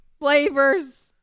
flavors